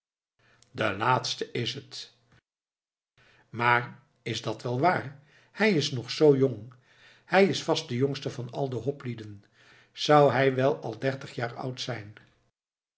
de laatste is het maar is dat wel waar hij is nog zoo jong hij is vast de jongste van al de hoplieden zou hij wel al dertig jaar oud zijn